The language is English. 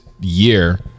year